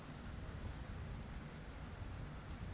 কীটলাশক ব্যলাক হ্যয় আর এগুলা চাসের জমিতে ছড়াল হ্য়য়